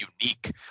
unique